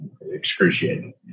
excruciating